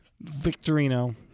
Victorino